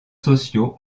sociaux